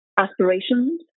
aspirations